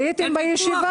מי בעד קבלת ההסתייגות?